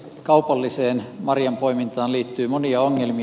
kaupalliseen marjanpoimintaan liittyy monia ongelmia